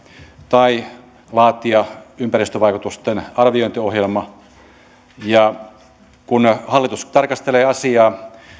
tai laatia ympäristövaikutusten arviointiohjelma kun hallitus tarkastelee asiaa